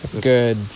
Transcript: good